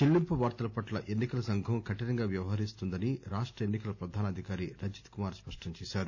చెల్లింపు వార్తల పట్ల ఎన్ని కల సంఘం కఠినంగా వ్యవహరిస్తుందని రాష్ట ఎన్సి కల ప్రధాన అధికారి రజత్ కుమార్ స్పష్టం చేశారు